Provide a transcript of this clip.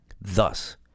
Thus